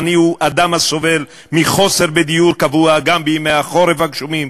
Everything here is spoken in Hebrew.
עני הוא אדם הסובל מחוסר בדיור קבוע גם בימי החורף הגשומים,